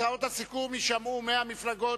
הצעות הסיכום יישמעו מהמפלגות,